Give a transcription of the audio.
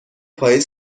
پاییز